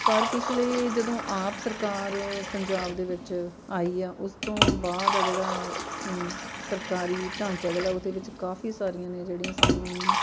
ਪਰ ਪਿਛਲੇ ਜਦੋਂ ਆਪ ਸਰਕਾਰ ਪੰਜਾਬ ਦੇ ਵਿੱਚ ਆਈ ਆ ਉਸ ਤੋਂ ਬਾਅਦ ਆ ਜਿਹੜਾ ਸਰਕਾਰੀ ਢਾਂਚਾ ਜਿਹੜਾ ਉਹਦੇ ਵਿੱਚ ਕਾਫੀ ਸਾਰੀਆਂ ਨੇ ਜਿਹੜੀਆਂ ਸਾਨੂੰ